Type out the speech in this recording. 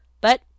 But